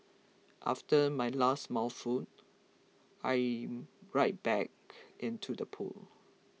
after my last mouthful I am right back into the pool